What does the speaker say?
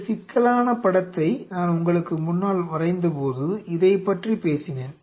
இந்த சிக்கலான படத்தை நான் உங்களுக்கு முன்னால் வரைந்தபோது இதைப்பற்றி பேசினேன்